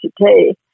today